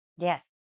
Yes